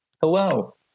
hello